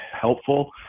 helpful